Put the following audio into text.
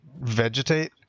vegetate